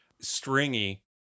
Stringy